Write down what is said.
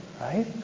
Right